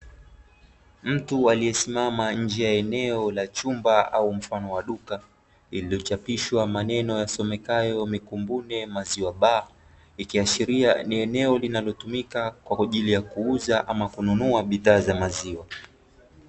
Mtu aliye simama nje ya eneo la chumba au mfano wa duka lililochapishwa maneno yasomekayo "Mikumbune" maziwa "Bar", ikiashiria ni eneo linalotumika kwa ajili ya kuuza ama kununua bidhaa za maziwa.